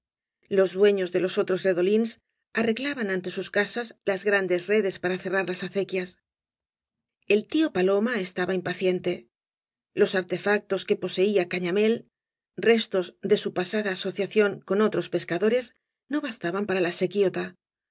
loa dueños de los otros redolíns arreglaban ante bub casas las grandes redes para cerrar las acequias oaíías y barro s el tío paloma estaba impaciente los artefactos que poseía gañamél restos de su pasada asociacióa con otros pescadores no bastaban para la sequidla